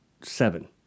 seven